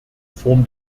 form